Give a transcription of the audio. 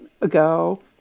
ago